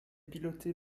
pilotée